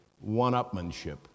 one-upmanship